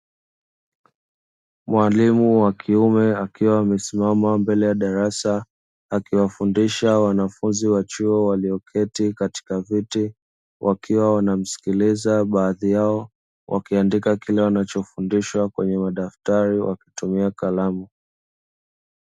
Mwalimu wa kiume akiwa amesimama mbele ya darasa akiwafundisha wanafunzi wa chuo, walioketi katika vyeti wakiwa wanamsikiliza baadhi yao wakiandika kile wanachofundishwa kwenye madaktari wakitumia kalamu.